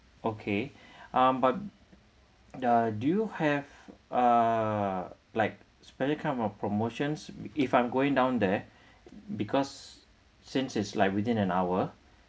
okay ah but ah do you have uh like special kind of promotions if I'm going down there because since it's like within an hour